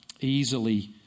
easily